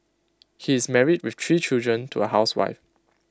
he is married with three children to A housewife